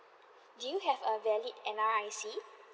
do you have a valid N_R_I_C